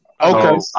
Okay